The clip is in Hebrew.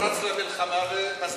אתה רץ למלחמה ומזניח את